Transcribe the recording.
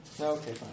Okay